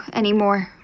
anymore